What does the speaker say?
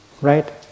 Right